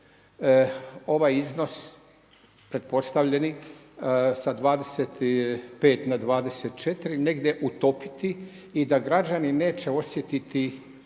ovaj iznos pretpostavljeni sa 25 na 24 negdje utopiti i da građani neće osjetiti